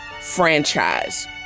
franchise